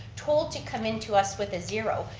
told to come in to us with zero.